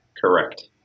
Correct